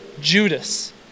Judas